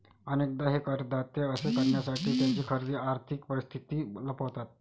अनेकदा हे करदाते असे करण्यासाठी त्यांची खरी आर्थिक परिस्थिती लपवतात